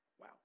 Wow